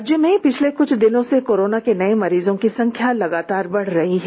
राज्य में पिछले कुछ दिनों से कोरोना के नए मरीजों की संख्या लगातार बढ़ रही है